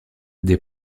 des